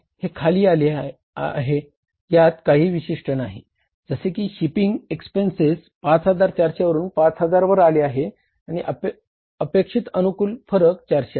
तर हे खाली आले आहे यात काहीही विशिष्ट नाही जसे की शिपिंग एक्सपेन्सेस 5400 वरून 5000 वर आले आहे आणि अपेक्षित अनुकूल फरक 400 आहे